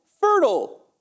fertile